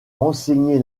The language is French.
enseigner